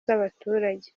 z’abaturage